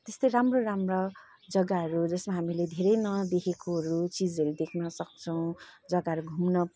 त्यस्तै राम्रो राम्रो जग्गाहरू जसमा हामीले धेरै नदेखेकोहरू चिजहरू देख्नसक्छौँ जग्गाहरू घुम्न